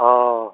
औ